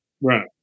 Right